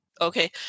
Okay